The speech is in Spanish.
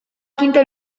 quinto